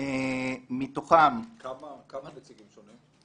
כמה נציגים שונים?